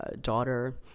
daughter